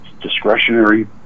discretionary